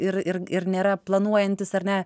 ir ir ir nėra planuojantys ar ne